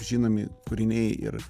žinomi kūriniai ir